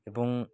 ଏବଂ